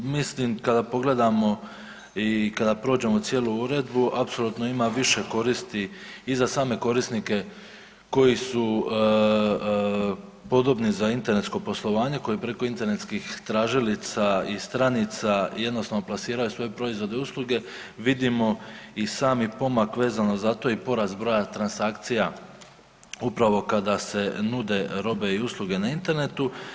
Mislim, kada pogledamo i kad prođemo cijelu uredbu, apsolutno ima više koristi i za same korisnike koji su podobni za internetsko poslovanje, koji preko internetskih tražilica i stranica jednostavno plasiraju svoje proizvode i usluge, vidimo i sami pomak vezano, zato je i porast broja transakcija upravo kada se nude robe i usluge na internetu.